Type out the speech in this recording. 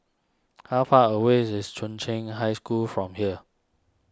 how far away is Chung Cheng High School from here